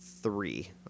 three